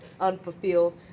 unfulfilled